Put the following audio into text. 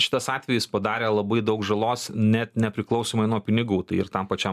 šitas atvejis padarė labai daug žalos net nepriklausomai nuo pinigų tai ir tam pačiam